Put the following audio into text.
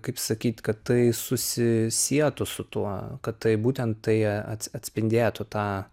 kaip sakyt kad tai susisietų su tuo kad tai būtent tai ats atspindėtų tą